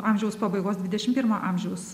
amžiaus pabaigos dvidešim pirmo amžiaus